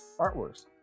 artworks